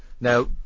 Now